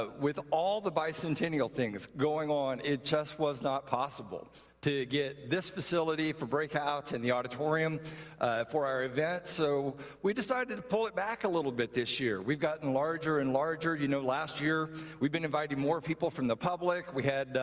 ah with all the bicentennial things going on, it just was not possible to get this facility for breakouts and the auditorium for our event. so we decided to pull it back a little bit this year. we've gotten larger and larger. you know, last year we've been inviting more people from the public. we had,